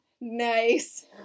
Nice